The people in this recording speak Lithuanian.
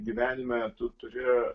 gyvenime tu turi